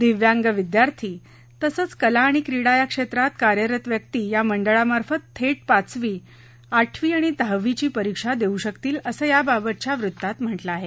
दिव्यांग विद्यार्थी तसंच कला आणि क्रीडा या क्षेत्रात कार्यरत व्यक्ती या मंडळामार्फत थेट पाचवी आठवी तसंच दहावीची परीक्षा देऊ शकतील असं या बाबतच्या वृत्तात म्हटलं आहे